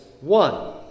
one